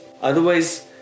Otherwise